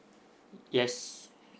y~ yes